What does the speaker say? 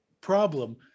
problem